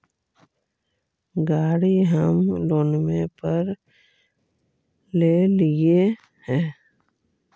गाड़ी हम लोनवे पर लेलिऐ हे?